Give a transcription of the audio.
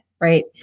right